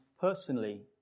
personally